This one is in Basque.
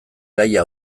gaia